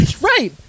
Right